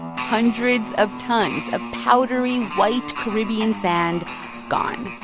hundreds of tons of powdery, white caribbean sand gone.